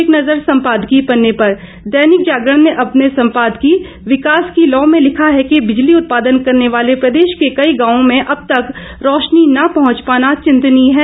एक नजर संपादकीय पन्ने पर दैनिक जागरण ने अपने संपादकीय विकास की लौ में लिखा है कि बिजली उत्पादन करने वाले प्रदेश के कई गांवों में अब तक रोशनी न पहुंच पाना चिंतनीय है